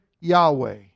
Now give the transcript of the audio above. Yahweh